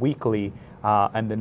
weekly and the